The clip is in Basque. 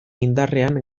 indarrean